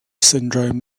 syndrome